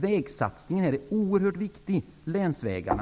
Vägsatsningar är oerhört viktiga, t.ex. länsvägarna.